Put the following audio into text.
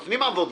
נותנים עבודה.